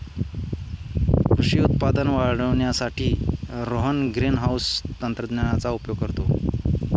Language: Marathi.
कृषी उत्पादन वाढवण्यासाठी रोहन ग्रीनहाउस तंत्रज्ञानाचा उपयोग करतो